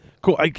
cool